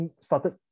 started